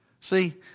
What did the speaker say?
See